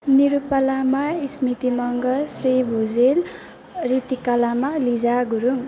Nirupa Lama Smriti Magar Shri Bhujel Ritika Lama Liza Gurung